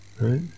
Right